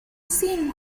seen